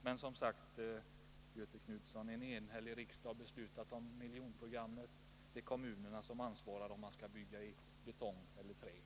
Men som sagt, Göthe Knutson, en enhällig riksdag har beslutat om miljonprogrammet. Det är kommunerna som ansvarar för om man skall bygga i betong eller trä.